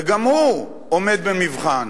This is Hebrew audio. וגם הוא עומד במבחן.